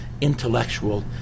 intellectual